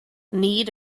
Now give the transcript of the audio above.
need